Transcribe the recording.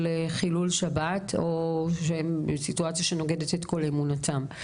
חילול שבת או בסיטואציה שנוגדת את כל אמונתם.